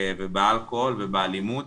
באלכוהול ובאלימות,